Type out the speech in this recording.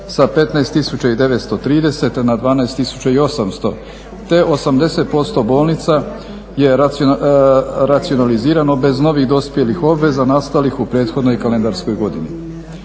sa 15 930 na 12 800 te 80% bolnica je racionalizirano bez novih dospjelih obveza nastalih u prethodnoj kalendarskoj godini.